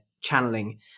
channeling